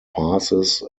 passes